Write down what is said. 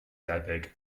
debyg